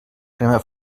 crema